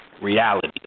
reality